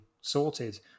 sorted